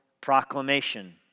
proclamation